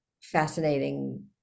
fascinating